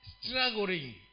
struggling